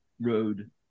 road